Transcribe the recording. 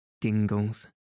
dingles